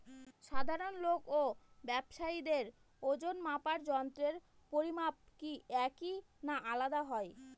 সাধারণ লোক ও ব্যাবসায়ীদের ওজনমাপার যন্ত্রের পরিমাপ কি একই না আলাদা হয়?